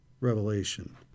revelation